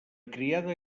criada